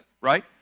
right